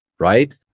right